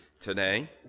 today